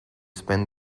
spend